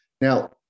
Now